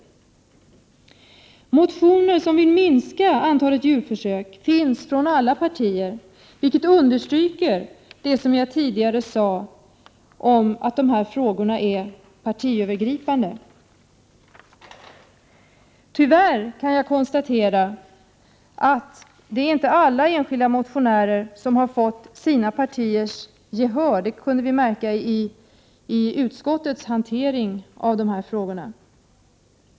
Motioner som vill minska antalet djurförsök finns från alla partier, vilket understryker det jag tidigare sade om att dessa frågor är partiövergripande. Tyvärr kan jag konstatera att det inte är alla enskilda motionärer som har fått sina partiers gehör. Det kunde vi märka i utskottets hantering av dessa frågor.